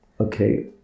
Okay